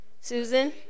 Susan